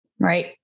Right